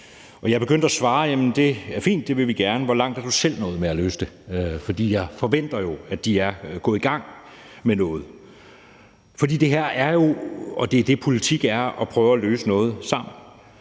Og jeg er begyndt at svare: Jamen det er fint; det vil vi gerne; hvor langt er du selv nået med at løse det? For jeg forventer jo, at de er gået i gang med noget. For det her er – og det er det, politik er – at prøve at løse noget sammen.